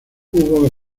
hubo